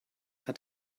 hat